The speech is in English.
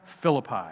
Philippi